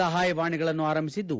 ಸಪಾಯವಾಣಿಗಳನ್ನು ಆರಂಭಿಸಿದ್ದು